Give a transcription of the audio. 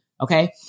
Okay